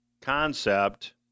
concept